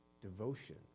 devotion